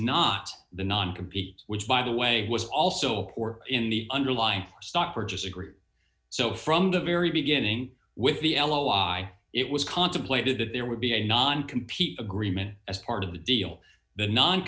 not the non compete which by the way was also in the underlying stock purchase agree so from the very beginning with the l o i it was contemplated that there would be a non compete agreement as part of the deal but non